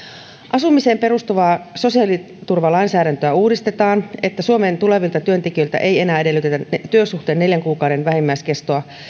asumiseen perustuvaa sosiaaliturvalainsäädäntöä uudistetaan niin että suomeen tulevilta työntekijöiltä ei enää edellytetä työsuhteen neljän kuukauden vähimmäiskestoa